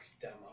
demo